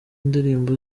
ndirimbo